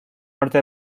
norte